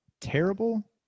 terrible